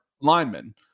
linemen